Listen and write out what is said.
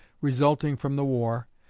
resulting from the war,